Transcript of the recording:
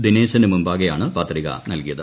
ദിനേശനു മുമ്പാകെയാണ് പത്രിക നൽകിയത്